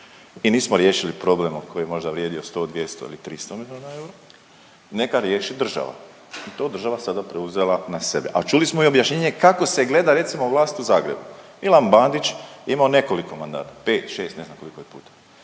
i nismo riješili problem o koji je možda vrijedio 100, 200 ili 300 milijuna eura, neka riješi država. To država sada preuzela na sebe, a čuli smo i objašnjenje kako se gleda, recimo, vlast u Zagrebu. Milan Bandić je imao nekoliko mandata, 5, 6, ne znam koliko i stalno